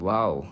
Wow